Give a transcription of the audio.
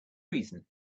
reason